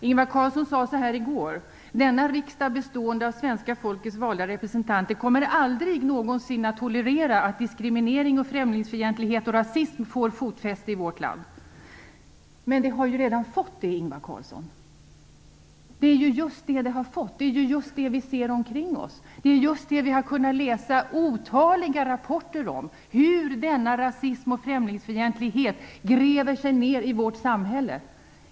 Ingvar Carlsson sade igår: Denna riksdag bestående av svenska folkets valda representanter kommer aldrig någonsin att tolerera att diskriminering, främlingsfientlighet och rasism får fotfäste i vårt land. Men det har det ju redan fått! Det är ju just det som det har fått! Det är just det vi ser runt omkring oss och det är just det som vi har kunnat läsa otaliga rapporter om: hur rasism och främlingsfientlighet gräver sig ned i vårt samhälle.